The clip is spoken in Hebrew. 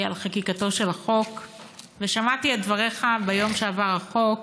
על חקיקתו, ושמעתי את דבריך ביום שעבר על החוק,